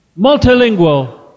multilingual